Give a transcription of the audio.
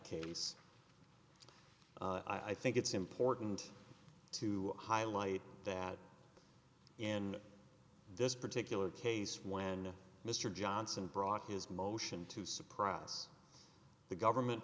case i think it's important to highlight that in this particular case when mr johnson brought his motion to surprise the government